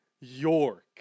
York